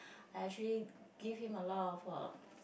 I actually give him a lot of uh